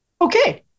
Okay